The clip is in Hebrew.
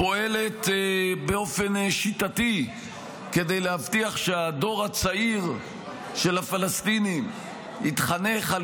פועלת באופן שיטתי כדי להבטיח שהדור הצעיר של הפלסטינים יתחנך על